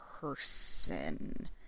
person